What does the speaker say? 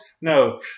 No